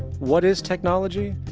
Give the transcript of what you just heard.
what is technology?